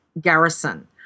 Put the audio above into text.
garrison